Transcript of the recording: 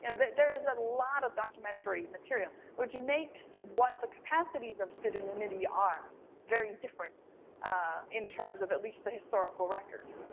you know there is a lot of documentary material, which makes what the capacities of pseudonymity are very different in terms of at least the historical record.